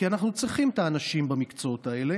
כי אנחנו צריכים את האנשים במקצועות האלה.